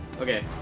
okay